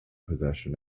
possession